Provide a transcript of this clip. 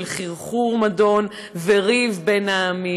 של חרחור מדון וריב בין העמים.